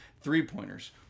three-pointers